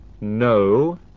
no